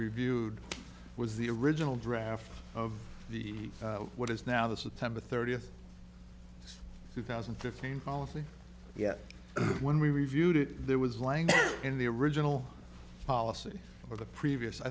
reviewed was the original draft of the what is now the september thirtieth two thousand and fifteen policy yet when we reviewed it there was language in the original policy of the previous i